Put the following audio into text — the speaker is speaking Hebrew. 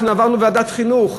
אנחנו עברנו ועדת חינוך.